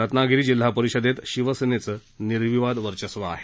रत्नागिरी जिल्हा परिषदेत शिवसेनेचं निर्विवाद वर्चस्व आहे